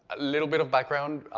little bit of background,